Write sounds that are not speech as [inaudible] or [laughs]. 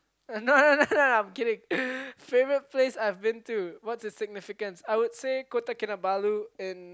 no no no no no I'm kidding [laughs] favourite place I've been to what's it's significance I would say Kota-Kinabalu and